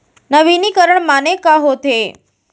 नवीनीकरण माने का होथे?